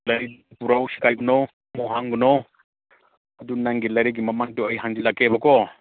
ꯑꯗꯨ ꯅꯪꯒꯤ ꯂꯥꯏꯔꯤꯛꯀꯤ ꯃꯃꯜꯗꯣ ꯑꯩ ꯍꯟꯖꯤꯜꯂꯛꯀꯦꯕ ꯀꯣ